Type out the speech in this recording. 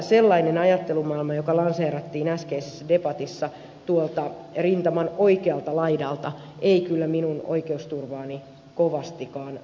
sellainen ajattelumaailma joka lanseerattiin äskeisessä debatissa tuolta rintaman oikealta laidalta ei kyllä minun oikeusturvaani kovastikaan vakuuta